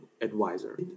Advisor